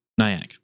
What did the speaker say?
NIAC